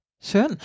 Schön